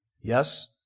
Yes